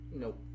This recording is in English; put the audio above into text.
Nope